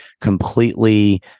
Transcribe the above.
completely